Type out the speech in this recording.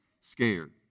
scared